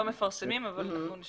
--- אנחנו לא מפרסמים,